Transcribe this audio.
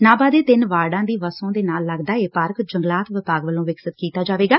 ਨਾਭਾ ਦੇ ਤਿੰਨ ਵਾਰਡਾਂ ਦੀ ਵੱਸੋਂ ਦੇ ਨਾਲ ਲੱਗਦਾ ਇਹ ਪਾਰਕ ਜੰਗਲਾਤ ਵਿਭਾਗ ਵੱਲੋਂ ਵਿਕਸਤ ਕੀਤਾ ਜਾਵੇਗਾ